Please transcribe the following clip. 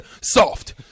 soft